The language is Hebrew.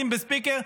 שים בספיקר,